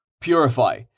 purify